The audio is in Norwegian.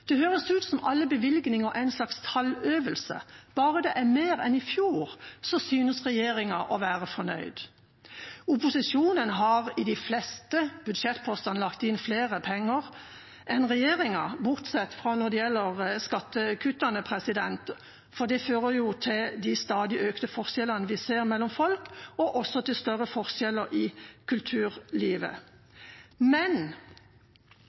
Det høres ut som om alle bevilgninger er en slags talløvelse: Bare det er mer enn i fjor, synes regjeringa å være fornøyd. Opposisjonen har i de fleste budsjettpostene lagt inn mer penger enn regjeringa, bortsett fra når det gjelder skattekutt. Det fører jo til de stadig økende forskjellene vi ser mellom folk, og til større forskjeller i kulturlivet.